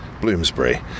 Bloomsbury